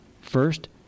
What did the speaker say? First